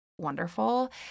wonderful